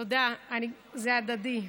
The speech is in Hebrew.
תודה, זה הדדי.